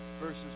verses